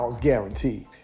guaranteed